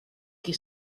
qui